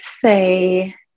say